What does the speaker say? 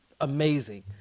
amazing